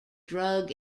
drug